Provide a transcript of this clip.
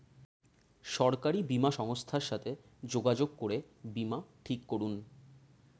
সরকারি বীমা সংস্থার সাথে যোগাযোগ করে বীমা ঠিক করুন